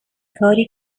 کاری